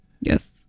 Yes